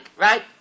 right